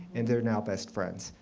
and they are now best friends.